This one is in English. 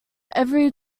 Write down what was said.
every